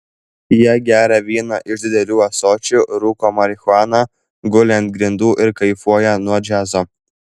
jie geria vyną iš didelių ąsočių rūko marihuaną guli ant grindų ir kaifuoja nuo džiazo